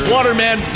Waterman